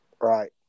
Right